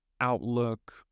outlook